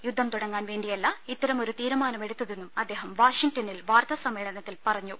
യുദ്ധം തുടങ്ങാൻ വേണ്ടിയല്ല ഇത്തരമൊരു തീരുമാന്റ്മടുത്തതെന്നും അദ്ദേഹം വാഷിംഗ്ടണിൽ വാർത്താ സമ്മേളന്ത്തിൽ പറഞ്ഞു